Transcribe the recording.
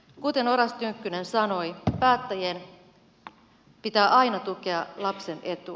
kuten oras tynkkynen sanoi päättäjien pitää aina tukea lapsen etua